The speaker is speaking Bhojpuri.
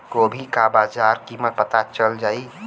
गोभी का बाजार कीमत पता चल जाई?